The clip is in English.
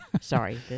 sorry